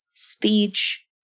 speech